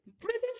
British